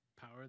power